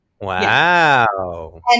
Wow